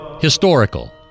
Historical